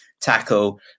tackle